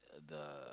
the